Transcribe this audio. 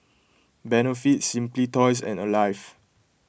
Benefit Simply Toys and Alive